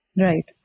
Right